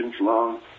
long